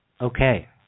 Okay